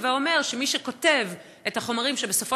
הווי אומר שמי שכותבים את החומרים שבסופו